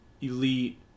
Elite